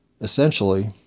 essentially